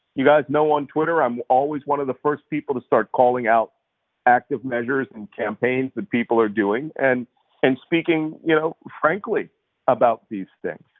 you guys know on twitter i'm always one of the first people to start calling out active measures in campaigns that people are doing, and and speaking you know frankly about these things.